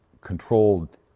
controlled